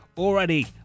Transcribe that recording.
Already